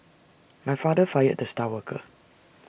my father fired the star worker